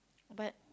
but